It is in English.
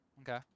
Okay